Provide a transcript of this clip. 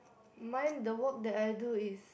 mine the work that I do is